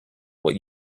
what